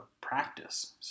practice